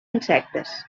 insectes